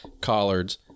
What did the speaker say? collards